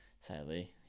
sadly